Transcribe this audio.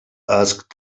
asked